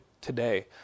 today